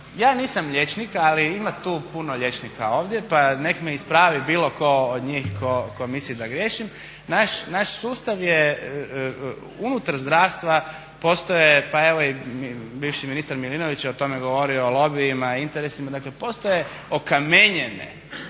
Ja nisam liječnik ali ima tu puno liječnika ovdje pa nek me ispravi bilo tko od njih tko misli da griješim. Naš sustav je, unutar zdravstva postoje pa evo i bivši ministar Milinović je o tome govorio o lobijima, o interesima, dakle postoje okamenjene